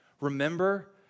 remember